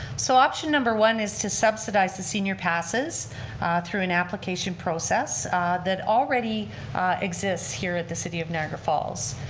so option number one is to subsidize the senior passes through an application process that already exists here at the city of niagara falls.